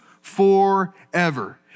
forever